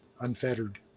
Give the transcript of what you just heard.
unfettered